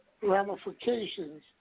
ramifications